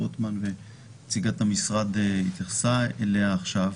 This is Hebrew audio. רוטמן ונציגת המשרד התייחסה אליה עכשיו.